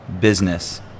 business